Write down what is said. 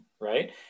right